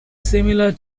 similar